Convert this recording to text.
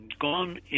gone